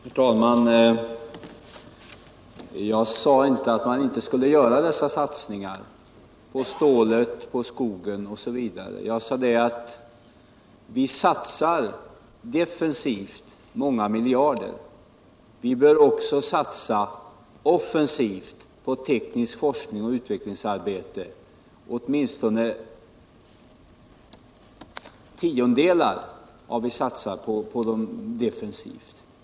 Herr talman! Jag sade inte att vi inte skall göra dessa satsningar på stål och skog osv. Jag sade att vi satsar defensivt många miljarder, men vi bör också satsa offensivt på teknisk forskning och utveckling, åtminstone tiondelar av vad vi nu satsar på de defensiva objekten.